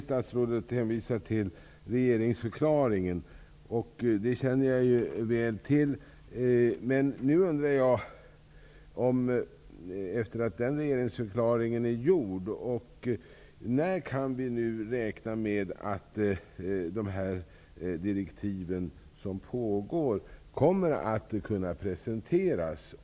Statsrådet hänvisar till regeringsförklaringen, och den känner jag ju väl till, men nu undrar jag: Efter att regeringsförklaringen är gjord, när kan vi räkna med att direktiven för översynen kommer att kunna presenteras?